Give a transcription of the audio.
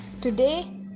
Today